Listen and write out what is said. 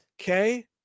Okay